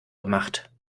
gemacht